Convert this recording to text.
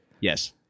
yes